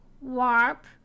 warp